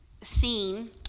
seen